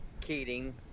Keating